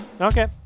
Okay